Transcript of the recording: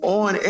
on